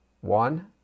One